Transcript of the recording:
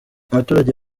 abaturage